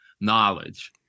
knowledge